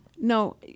No